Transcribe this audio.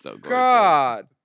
God